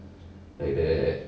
like that